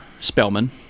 Spellman